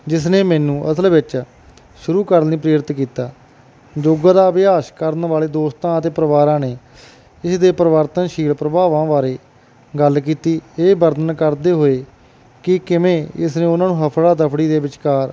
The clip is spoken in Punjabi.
ਜਿਸਨੇ ਮੈਨੂੰ ਅਸਲ ਵਿੱਚ ਸ਼ੁਰੂ ਕਰਨ ਲਈ ਪ੍ਰੇਰਿਤ ਕੀਤਾ ਯੋਗਾ ਦਾ ਅਭਿਆਸ ਕਰਨ ਵਾਲੇ ਦੋਸਤਾਂ ਅਤੇ ਪਰਿਵਾਰਾਂ ਨੇ ਇਸਦੇ ਪਰਿਵਰਤਨਸ਼ੀਲ ਪ੍ਰਭਾਵਾਂ ਬਾਰੇ ਗੱਲ ਕੀਤੀ ਇਹ ਵਰਣਨ ਕਰਦੇ ਹੋਏ ਕਿ ਕਿਵੇਂ ਇਸ ਨੇ ਉਹਨਾਂ ਨੂੰ ਹਫੜਾ ਦਫੜੀ ਦੇ ਵਿਚਕਾਰ